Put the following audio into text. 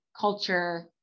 culture